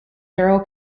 daryl